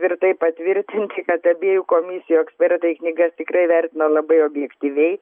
tvirtai patvirtinti kad abiejų komisijų ekspertai knygas tikrai vertina labai objektyviai